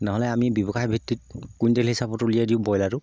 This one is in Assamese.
নহ'লে আমি ব্যৱসায় ভিত্তিত কুইণ্টেল হিচাপত উলিয়াই দিওঁ ব্ৰয়লাৰটো